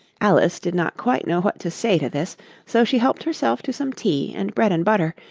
alice did not quite know what to say to this so she helped herself to some tea and bread-and-butter,